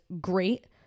great